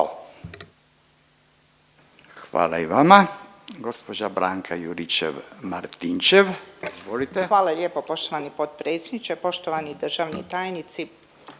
Hvala i vama.